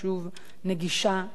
נגישה לכולם.